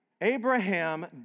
Abraham